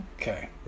okay